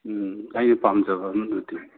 ꯎꯝ ꯑꯩꯅ ꯄꯥꯝꯖꯕ ꯑꯃ ꯗꯨꯗꯤ